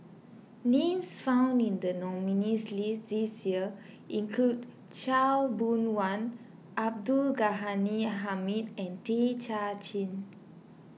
names found in the nominees' list this year include Khaw Boon Wan Abdul Ghani Hamid and Tay Kay Chin